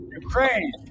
Ukraine